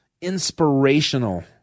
inspirational